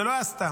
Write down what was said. זה לא היה סתם,